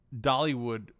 dollywood